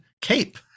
Cape